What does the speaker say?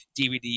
dvd